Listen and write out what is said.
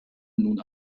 nun